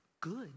good